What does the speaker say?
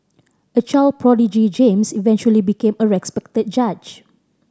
a child prodigy James eventually became a respected judge